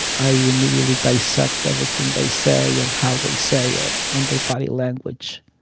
i immediately dissect everything they say and how they say it and their body language.